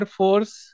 force